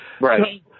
Right